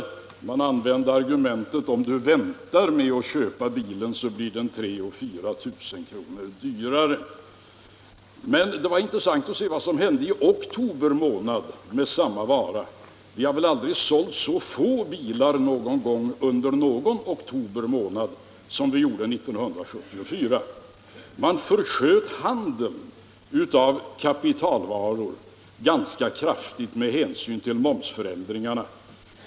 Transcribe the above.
Försäljarna sade till sina kunder: Om du väntar med att köpa bilen, blir den 3 000-4 000 kr. dyrare. Men det var intressant att se vad som hände i oktober månad med samma vara. Vi har aldrig sålt så få bilar under någon oktober månad som var fallet 1974. Handeln med kapitalvaror försköts ganska kraftigt på grund av momsförändringarna.